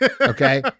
Okay